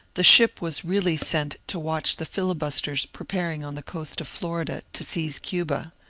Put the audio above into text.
the ship was really sent to watch the filibusters preparing on the coast of florida to seize cuba.